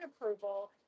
approval